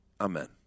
Amen